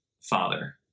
father